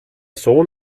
sohn